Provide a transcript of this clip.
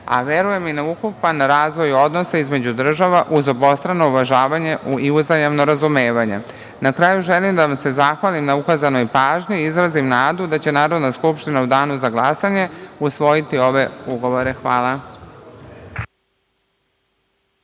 a verujem i na ukupan razvoj odnosa između država, uz obostrano uvažavanje i uzajamno razumevanje. Na kraju, želim da vam se zahvalim na ukazanoj pažnji i izrazim nadu da će Narodna skupština u danu za glasanje usvojiti ove ugovore. Hvala.